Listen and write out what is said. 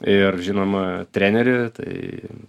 ir žinoma trenerį tai